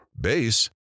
Base